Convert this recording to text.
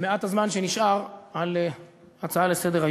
במעט הזמן שנשאר, על ההצעה לסדר-היום.